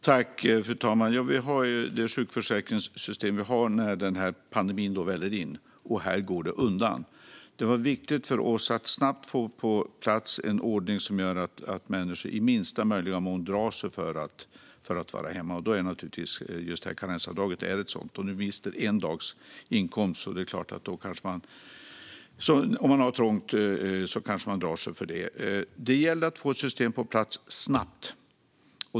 Fru talman! Vi har det sjukförsäkringssystem som vi har när denna pandemi väller in, och här går det undan. Det var viktigt för oss att snabbt få på plats en ordning som gör att människor i minsta möjliga mån drar sig för att stanna hemma, och då är detta karensavdrag ett sätt. Om man mister en dags inkomst kanske man drar sig för att stanna hemma om man har en trång ekonomi. Det gällde att få ett system på plats snabbt.